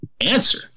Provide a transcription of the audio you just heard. answer